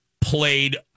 played